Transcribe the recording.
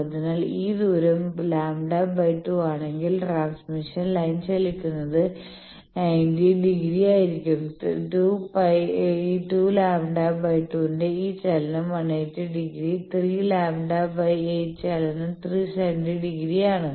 അതിനാൽ ഈ ദൂരം λ 2 ആണെങ്കിൽ ട്രാൻസ്മിഷൻ ലൈൻ ചലിക്കുന്നത് 90 ഡിഗ്രി ആയിരിക്കും 2 λ 2 ന്റെ ഈ ചലനം 180 ഡിഗ്രി 3 λ 8 ചലനം 370 ഡിഗ്രിയാണ്